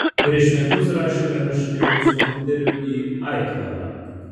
prieš metus rašėme rašinėlius kompiuteriu į aitvarą